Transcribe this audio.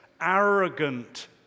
arrogant